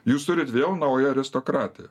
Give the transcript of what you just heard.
jūs turit vėl naują aristokratiją